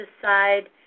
decide